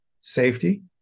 safety